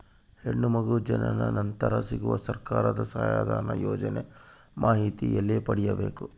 ಹೆಣ್ಣು ಮಗು ಜನನ ನಂತರ ಸಿಗುವ ಸರ್ಕಾರದ ಸಹಾಯಧನ ಯೋಜನೆ ಮಾಹಿತಿ ಎಲ್ಲಿ ಪಡೆಯಬೇಕು?